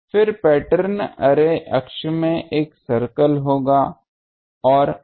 फिर pattern array अक्ष में एक सर्कल होगा और अर्रे में यह चीज होगी